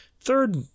Third